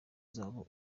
zabo